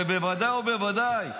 ובוודאי ובוודאי,